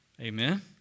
Amen